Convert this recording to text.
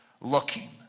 looking